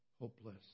hopeless